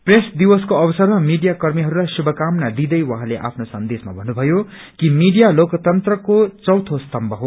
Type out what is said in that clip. press दिवसको अवसरमा media कर्मीहरूलाई शुभकामना दिँदै उहाँले आफ्नो सन्देशमा भन्नुभयो कि मीडिया लोकतंत्रको चौथो स्तम्भ हो